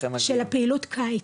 של הפעילות קיץ,